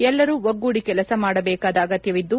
ಎಲ್ಲರೂ ಒಗ್ಗೂಡಿ ಕೆಲಸ ಮಾಡಬೇಕಾದ ಅಗತ್ಯವಿದ್ದು